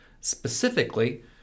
specifically